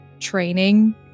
training